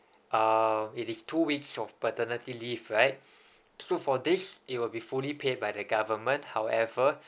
uh it is two weeks of paternity leave right so for this it will be fully paid by the government however